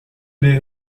les